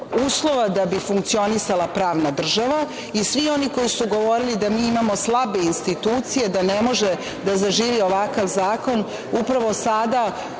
uslova da bi funkcionisala pravna država i svi oni koji su govorili da imamo slabe institucije i da ne može da zaživi ovakav zakon, upravo sada